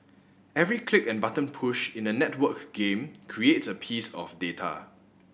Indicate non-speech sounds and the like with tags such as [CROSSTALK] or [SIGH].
every click and button push in a networked game [UNINTELLIGIBLE] a piece of data